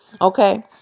Okay